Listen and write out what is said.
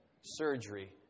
surgery